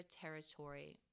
territory